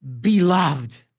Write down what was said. beloved